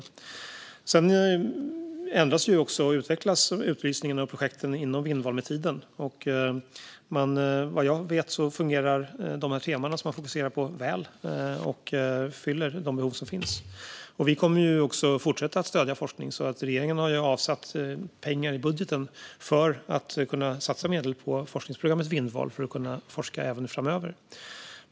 Med tiden ändras och utvecklas utlysningen av projekt inom Vindval. Vad jag vet fungerar de teman som man fokuserar på väl, och de fyller de behov som finns. Vi kommer att fortsätta att stödja forskning. Regeringen har avsatt pengar i budgeten för att kunna satsa medel på forskningsprogrammet Vindval, så att man kan forska även framöver.